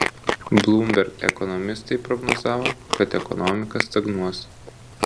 bloomberg ekonomistai prognozavo kad ekonomika stagnuos